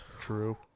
True